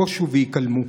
בושו והיכלמו.